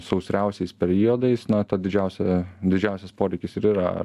sausriausiais periodais na ta didžiausia didžiausias poreikis ir yra